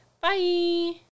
Bye